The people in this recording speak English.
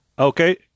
Okay